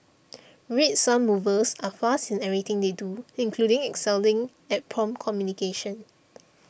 Red Sun Movers are fast in everything they do including excelling at prompt communication